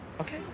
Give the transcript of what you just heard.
Okay